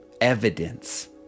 evidence